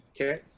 Okay